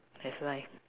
that's why